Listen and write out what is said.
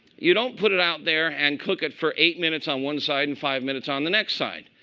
you don't put it out there and cook it for eight minutes on one side and five minutes on the next side.